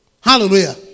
Hallelujah